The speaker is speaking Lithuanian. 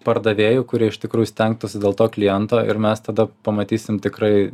pardavėjų kurie iš tikrųjų stengtųsi dėl to kliento ir mes tada pamatysim tikrai